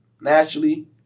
naturally